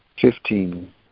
Fifteen